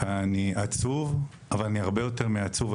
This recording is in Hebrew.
ואני עצוב אבל אני הרבה יותר מעצוב,